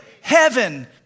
Heaven